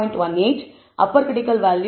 18 upper critical value 2